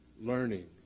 learning